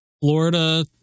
Florida